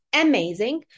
amazing